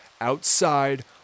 outside